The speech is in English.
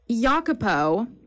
Jacopo